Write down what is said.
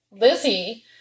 Lizzie